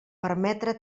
permetre